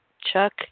Chuck